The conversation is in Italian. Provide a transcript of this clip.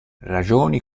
ragioni